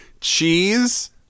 cheese